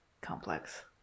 complex